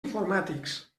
informàtics